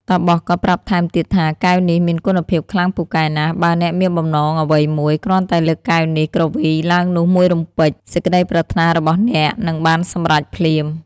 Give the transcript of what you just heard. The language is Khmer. តាបសក៏ប្រាប់ថែមទៀតថា កែវនេះមានគុណភាពខ្លាំងពូកែណាស់ បើអ្នកមានបំណងអ្វីមួយ គ្រាន់តែលើកកែវនេះគ្រវីឡើងនោះមួយរំពេច សេចក្តីប្រាថ្នារបស់អ្នកនឹង បានសម្រេចភ្លាម។